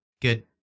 Good